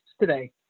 today